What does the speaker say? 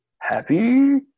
Happy